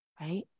Right